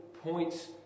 points